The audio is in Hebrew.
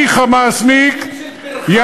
שאני "חמאסניק" זה מילים של פרחח.